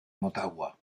motagua